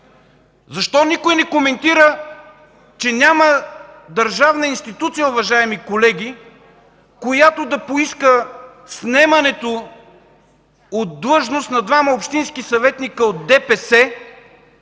Защо никой не коментира, че няма държавна институция, уважаеми колеги, която да поиска снемането от длъжност на двама общински съветници от ДПС?